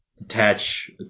attach